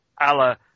Allah